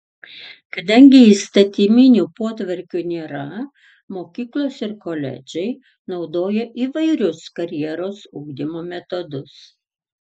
kadangi įstatyminių potvarkių nėra mokyklos ir koledžai naudoja įvairius karjeros ugdymo metodus